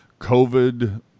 COVID